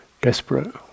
desperate